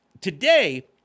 Today